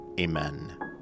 Amen